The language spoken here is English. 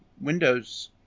Windows